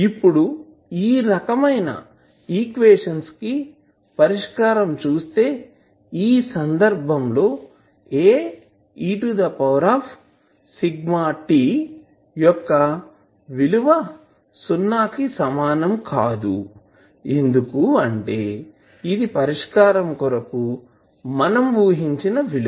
ఇప్పుడు ఈ రకమైన ఈక్వేషన్స్ కి పరిష్కారం చుస్తే ఈ సందర్భం లో Aeσt యొక్క విలువ సున్నా కి సమానం కాదు ఎందుకంటే ఇది పరిష్కారం కొరకు మనం ఊహించిన విలువ